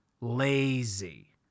lazy